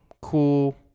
cool